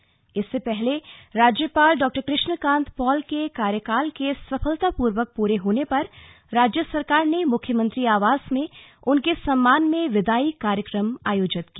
विदाई समारोह इससे पहले राज्यपाल डॉ कृष्ण कान्त पॉल के कार्यकाल के सफलतापूर्वक पूरे होने पर राज्य सरकार ने मुख्यमंत्री आवास में उनके सम्मान में विदाई कार्यक्रम आयोजित किया